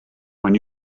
when